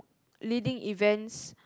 leading events